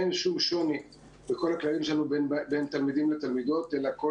אין שום שוני בכללים שלנו בין תלמידים לתלמידות אלא כל